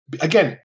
again